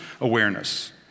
awareness